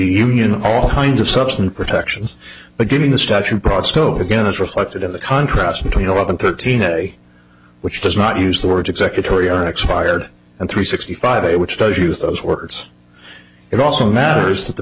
union all kinds of substance protections but getting the stuff from broad scope again is reflected in the contrast between eleven thirteen a day which does not use the words executive or your expired and three sixty five a which does use those words it also matters that the